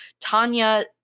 Tanya